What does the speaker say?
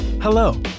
Hello